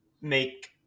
make